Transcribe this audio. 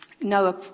Noah